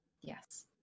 yes